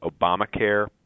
Obamacare